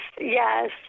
yes